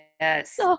Yes